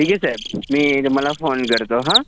ठीक आहे साहेब मी तुम्हाला फोन करतो हां